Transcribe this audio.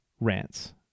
rants